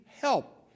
help